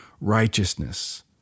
righteousness